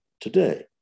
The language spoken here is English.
today